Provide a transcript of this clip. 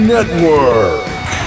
Network